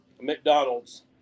McDonald's